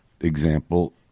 example